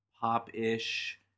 pop-ish